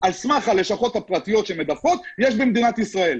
על סך הלשכות הפרטיות שמדווחות יש במדינת ישראל.